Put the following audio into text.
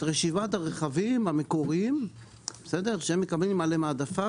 רשימת הרכבים המקומיים שהם מקבלים עליהם מעטפה,